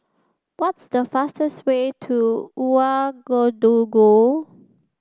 what's the fastest way to Ouagadougou